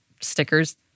stickers